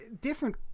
different